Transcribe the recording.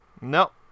Nope